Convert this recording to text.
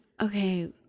okay